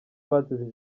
bazize